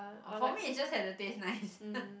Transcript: orh for me it just had to taste nice